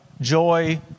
joy